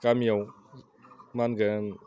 गामियाव मा होनगोन